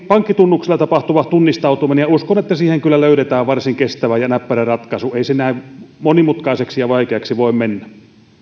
pankkitunnuksilla tapahtuva tunnistautuminen uskon että siihen kyllä löydetään varsin kestävä ja näppärä ratkaisu ei se näin monimutkaiseksi ja vaikeaksi voi mennä